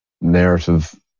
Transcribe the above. narrative